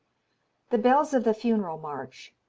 the bells of the funeral march,